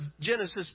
Genesis